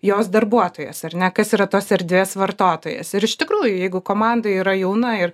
jos darbuotojas ar ne kas yra tos erdvės vartotojas ir iš tikrųjų jeigu komandą yra jauna ir